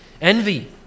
envy